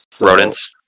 rodents